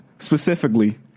specifically